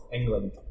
England